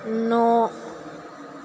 न'